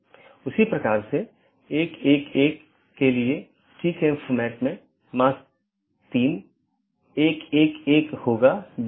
तो इसका मतलब है अगर मैं AS1 के नेटवर्क1 से AS6 के नेटवर्क 6 में जाना चाहता हूँ तो मुझे क्या रास्ता अपनाना चाहिए